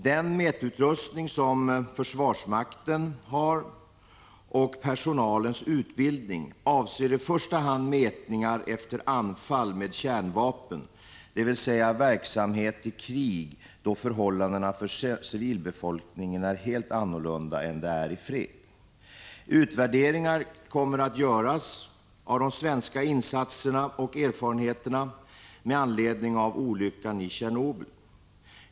Den mätutrustning som försvarsmakten har och personalens utbildning avser i första hand mätningar efter anfall med kärnvapen, dvs. verksamhet i krig då förhållandena för civilbefolkningen är helt annorlunda än de är i fred. Utvärderingar kommer att göras av de svenska insatserna och erfarenheterna med anledning av olyckan i Tjernobyl.